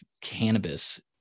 cannabis